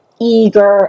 eager